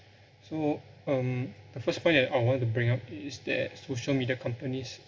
so um the first point that I want to bring up is that social media companies